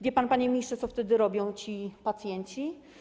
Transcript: Wie pan, panie ministrze, co wtedy robią ci pacjenci?